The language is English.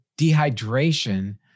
dehydration